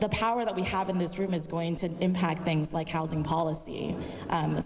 the power that we have in this room is going to impact things like housing policy